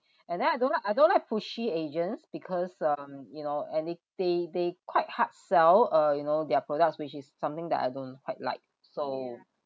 and then I don't like I don't like pushy agents because um you know and they they they quite hard sell uh you know their products which is something that I don't quite like so